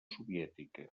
soviètica